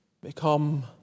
become